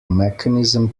mechanism